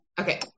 Okay